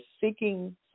seeking